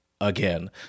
again